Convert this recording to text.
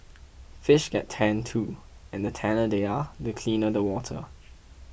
fish get tanned too and the tanner they are the cleaner the water